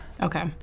Okay